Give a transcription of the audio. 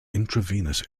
intravenous